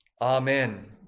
Amen